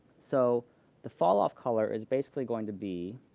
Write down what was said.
so the falloff color is basically going to be